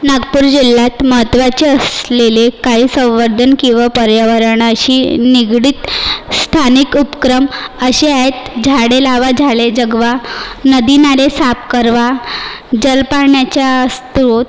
नागपूर जिल्ह्यात महत्वाचे असलेले काही संवर्धन किंवा पर्यावरणाशी निगडित स्थानिक उपक्रम असे आहेत झाडे लावा झाडे जगवा नदी नाले साफ करवा जल पाण्याच्या स्त्रोत